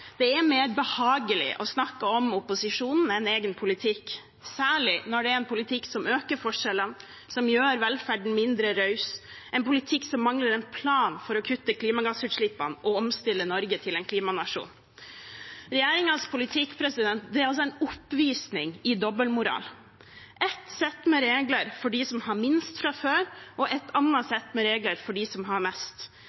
Det er mer behagelig å snakke om opposisjonen enn om egen politikk, særlig når det er en politikk som øker forskjellene, som gjør velferden mindre raus, som mangler en plan for å kutte klimagassutslippene og omstille Norge til en klimanasjon. Regjeringens politikk er altså en oppvisning i dobbeltmoral: ett sett med regler for dem som har minst fra før, og et